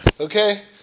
Okay